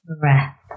breath